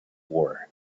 war